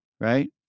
Right